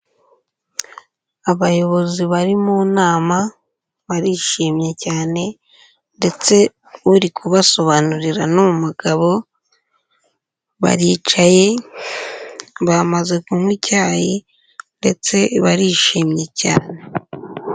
Abayobozi bari mu nama, barishimye cyane ndetse uri kubasobanurira ni umugabo, baricaye, bamaze kunywa icyayi ndetse barishimye cyane.